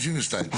על סעיף 52, כן.